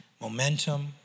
momentum